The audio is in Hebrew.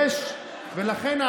ולכן,